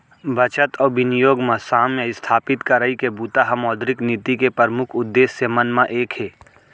बचत अउ बिनियोग म साम्य इस्थापित करई के बूता ह मौद्रिक नीति के परमुख उद्देश्य मन म एक हे